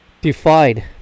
defied